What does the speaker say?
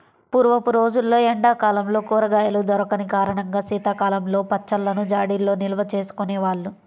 పూర్వపు రోజుల్లో ఎండా కాలంలో కూరగాయలు దొరికని కారణంగా శీతాకాలంలో పచ్చళ్ళను జాడీల్లో నిల్వచేసుకునే వాళ్ళు